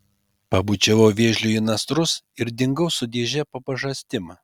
pabučiavau vėžliui į nasrus ir dingau su dėže po pažastim